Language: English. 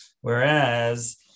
whereas